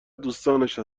دوستانش